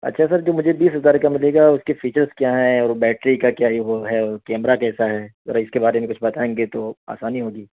اچھا سر جو مجھے بیس ہزار کا ملے گا اس کے فیچرس کیا ہیں اور بیٹری کا کیا یہ وہ ہے اور کیمرا کیسا ہے ذرا اس کے بارے میں کچھ بتائیں گے تو آسانی ہوگی